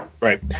Right